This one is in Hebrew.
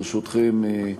ברשותכם,